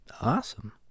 Awesome